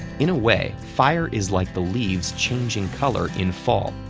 in a way, fire is like the leaves changing color in fall,